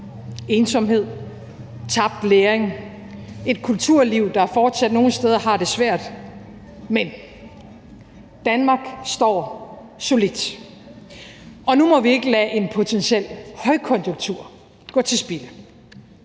ensomhed; tabt læring; et kulturliv, der nogle steder fortsat har det svært. Men Danmark står solidt. Og nu må vi ikke lade en potentiel højkonjunktur gå til spilde.